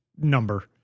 number